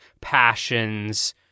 passions